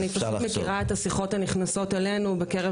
אני פשוט מכירה את השיחות הנכנסות אלינו בקרב